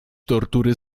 tortury